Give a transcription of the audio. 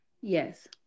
yes